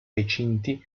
recinti